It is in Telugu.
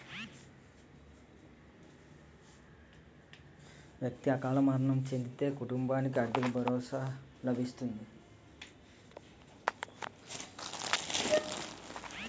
వ్యక్తి అకాల మరణం చెందితే కుటుంబానికి ఆర్థిక భరోసా లభిస్తుంది